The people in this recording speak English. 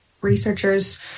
researchers